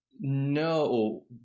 no